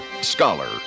scholar